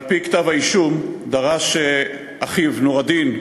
על-פי כתב-האישום, דרש ממנו אחיו, נור א-דין,